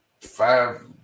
five